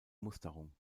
musterung